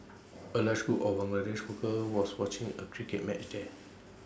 A large group of Bangladeshi workers was watching A cricket match there